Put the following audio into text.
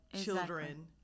children